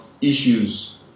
issues